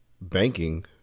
banking